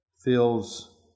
Feels